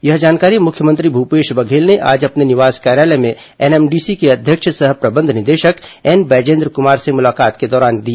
यह जानकारी मुख्यमंत्री भूपेश बघेल ने आज अपने निवास कार्यालय में एनएमडीसी के अध्यक्ष सह प्रबंध निदेशक एन बैजेन्द्र कुमार से मुलाकात के दौरान दी